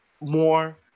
more